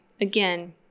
again